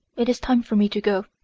it is time for me to go.